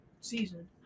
season